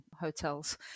hotels